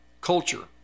culture